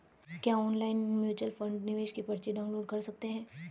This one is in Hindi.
क्या ऑनलाइन म्यूच्यूअल फंड निवेश की पर्ची डाउनलोड कर सकते हैं?